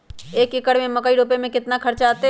एक एकर में मकई रोपे में कितना खर्च अतै?